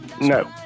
No